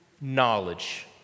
knowledge